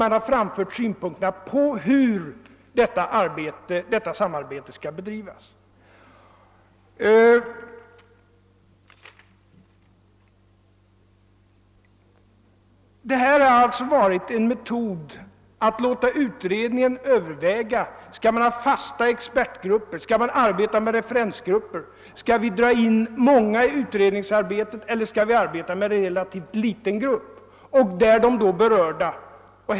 Man har också framfört synpunkter på hur detta samarbete skall bedrivas. Tanken har alltså varit att låta utred ningen själv överväga om det behöver tillsättas fasta expertgrupper, om man skall arbeta med referensgrupper, om det skall engageras många i arbetet eller om det skall vara en relativt liten grupp osv.